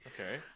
Okay